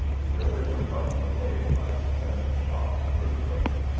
until they were frightened away by successive shocks of earthquakes,